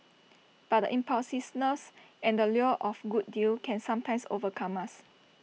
but impulsiveness and the lure of good deal can sometimes overcome us